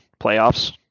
playoffs